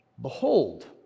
Behold